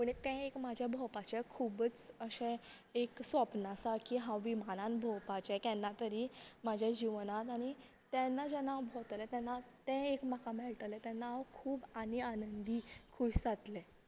पण तें एक म्हाजे भोंवपाचे खुबच अशें एक स्वप्न आसा की हांव विमानान भोंवपाचे केन्ना तरी म्हाज्या जीवनान आनी तेन्ना जेन्ना भोंवतले तेन्ना तें एक म्हाका मेळटले तेन्ना हांव खूब आनी आनंदी खूश जातले